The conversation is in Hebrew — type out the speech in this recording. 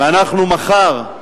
ואנחנו מחר,